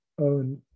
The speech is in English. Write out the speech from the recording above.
own